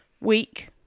Week